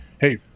Hey